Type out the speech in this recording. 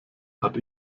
hat